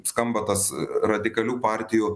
skamba tas radikalių partijų